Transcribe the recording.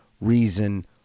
reason